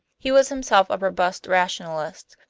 he was himself a robust rationalist,